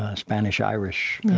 ah spanish-irish.